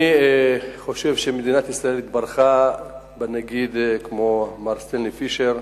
אני חושב שמדינת ישראל התברכה בנגיד כמו מר סטנלי פישר,